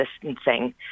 distancing